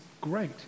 great